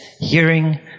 hearing